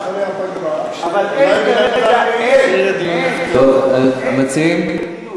אחרי הפגרה, אולי, אין, אין כרגע דיון.